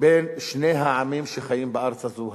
בין שני העמים שחיים בארץ הזאת,